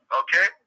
okay